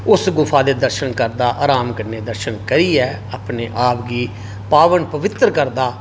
उस गुफा दे दर्शन करदा आराम कन्नै दर्शन करियै अपने आप गी पावन पवित्तर करदा